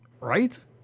right